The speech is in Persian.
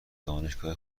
دانشگاه